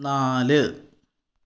നാല്